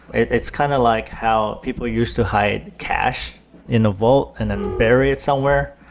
it's kind of like how people used to hide cash in a vault and then burry it somewhere,